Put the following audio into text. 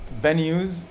venues